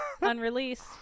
unreleased